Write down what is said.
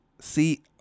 See